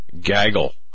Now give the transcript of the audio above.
gaggle